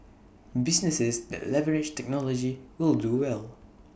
businesses that leverage technology will do well